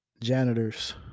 janitors